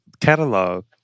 catalog